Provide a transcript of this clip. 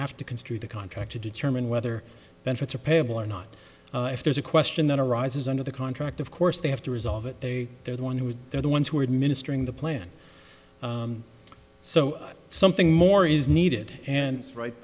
have to construe the contract to determine whether benefits are payable or not if there's a question that arises under the contract of course they have to resolve it they are the one who is they're the ones who are administering the plan so something more is needed and right